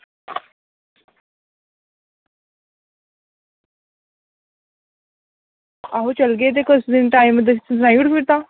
आहो चलगे ते कुसै दिन टैम सनाई ओड़ तां